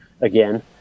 again